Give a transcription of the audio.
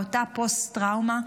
באותה פוסט-טראומה,